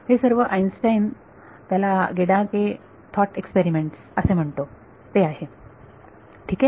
हे सर्व आईन्स्टाईन त्याला गेडाकें थॉट एक्सपेरीमेंट्स असे म्हणतो ते आहे ठीक आहे